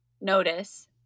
notice